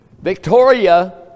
Victoria